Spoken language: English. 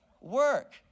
work